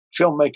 filmmaking